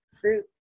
fruit